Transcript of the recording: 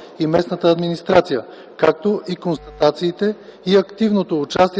на комисията считат, че по-активното участие